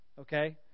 okay